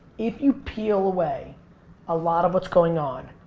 if you peel away a lot of what's going on,